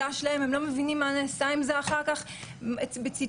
והוא באמת הדגיש שאין די כלים כדי להילחם בתופעה הזאת,